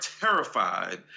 terrified